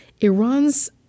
Iran's